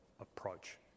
approach